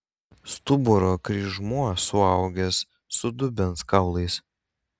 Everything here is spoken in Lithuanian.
stuburo kryžmuo suaugęs su dubens kaulais